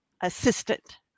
assistant